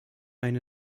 ein